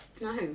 no